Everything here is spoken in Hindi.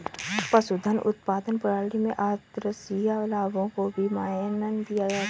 पशुधन उत्पादन प्रणाली में आद्रशिया लाभों को भी मायने दिया जाता है